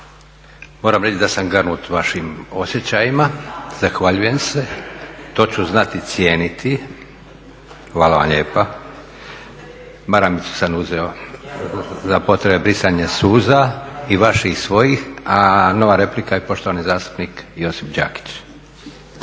Moram reći da sam ganut vašim osjećajima, zahvaljujem se. To ću znati cijeniti, hvala vam lijepa. Maramicu sam uzeo za potrebe brisanja suza i vaših i svojih. Nova replika i poštovani zastupnik Josip Đakić. **Đakić,